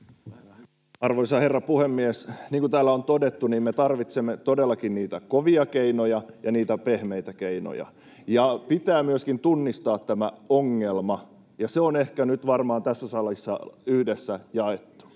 Arvoisa herra puhemies! Niin kuin täällä on todettu, me tarvitsemme todellakin niitä kovia keinoja ja niitä pehmeitä keinoja. Pitää myöskin tunnistaa tämä ongelma, ja se on ehkä nyt varmaan tässä salissa yhdessä jaettu.